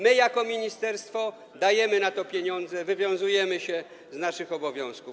My jako ministerstwo dajemy na to pieniądze, wywiązujemy się z naszych obowiązków.